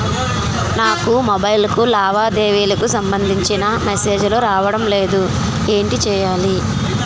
నాకు మొబైల్ కు లావాదేవీలకు సంబందించిన మేసేజిలు రావడం లేదు ఏంటి చేయాలి?